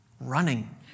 Running